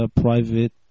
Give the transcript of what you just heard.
private